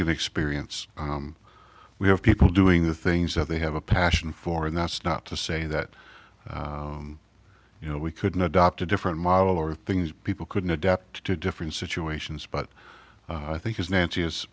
can experience we have people doing the things that they have a passion for and that's not to say that you know we couldn't adopt a different model or things people couldn't adapt to different situations but i think is